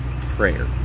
prayer